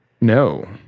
No